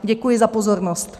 Děkuji za pozornost.